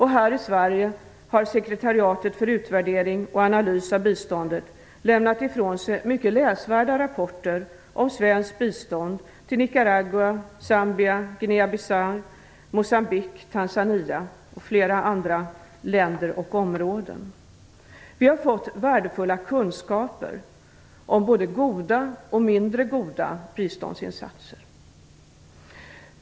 Här i Sverige har Sekretariatet för utvärdering och analys av biståndet lämnat ifrån sig mycket läsvärda rapporter om svenskt bistånd till Nicaragua, Zambia, Guinea-Bissau, Moçambique, Tanzania och flera andra länder och områden. Vi har fått värdefulla kunskaper om både goda och mindre goda biståndsinsatser.